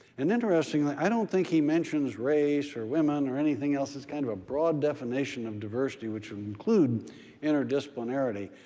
and interestingly, i don't think he mentions race or women or anything else. it's kind of a broad definition of diversity which includes interdisciplinary.